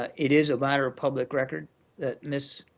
ah it is a matter of public record that ms.